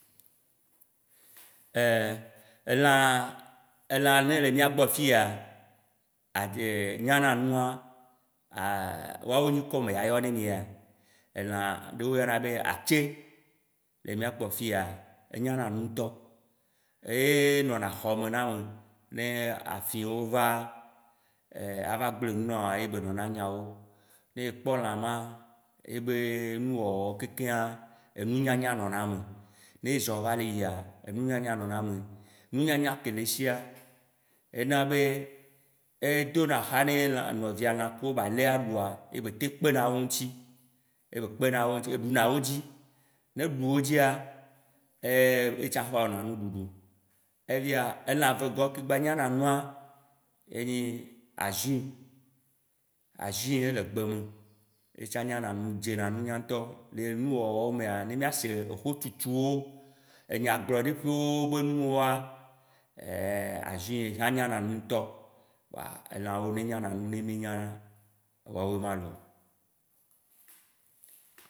Elã elã yi nele miagbɔ fiya, nyananua, wawooo, nyikɔ meya yɔnemie ya, elã ɖe wo yɔna be ace, le miagbɔ fiya, e nyananu ŋtɔ. Enɔna xɔme na ame ne afiwo va ava gble nu nawoa ye be nɔna nyawo. Ye kpɔ là maaa, yebe nuwɔwɔwo kekeŋa, enu nyanya nɔna eme, ne zɔ va le yia, enu nyanya nɔna eme. Nunyanya ke le esia, ena be, edona xa ne là, nɔvia lã kewo ba le aɖua, ye be teŋ kpena wo dzi, yebe teŋ kpena wo dzi, ɖuna wo dzi, ne ɖu wo dzia, yetsã kpɔna nuɖuɖu. Evea elã vegɔ ke gba nyana nua, ye nyi ajui, ajui ye le gbe me, ye tsã nyana nu, dzena nunya ŋtɔ. Le nuwɔwɔwo mea, ne miase xotutuwo, enyagblɔɖiƒewo ƒe nuwoa, ajui hã nyana nu ŋtɔ. Kpoa elã yi ne nyana nu ye mi nya, woawoe ma loo.